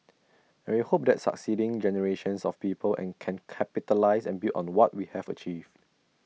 and we hope that succeeding generations of people an can capitalise and build on what we have achieved